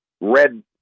red